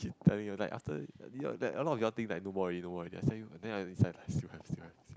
telling you after this or that a lot of you all think like no more already no more already inside I tell you like still have still have